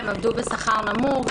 הן עבדו בשכר נמוך,